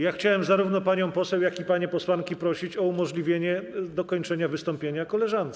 Ja chciałem zarówno panią poseł, jak i panie posłanki prosić o umożliwienie dokończenia wystąpienia koleżance.